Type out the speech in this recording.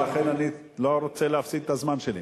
ולכן אני לא רוצה להפסיד את הזמן שלי.